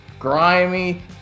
Grimy